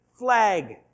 flag